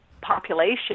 population